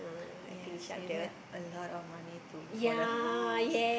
yes you need a lot of money to for the house